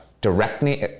directly